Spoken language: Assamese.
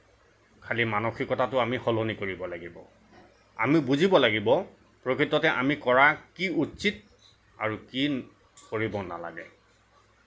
খালী মানসিকতাটো আমি সলনি কৰিব লাগিব আমি বুজিব লাগিব প্ৰকৃততে আমি কৰা কি উচিত আৰু কি কৰিব নালাগে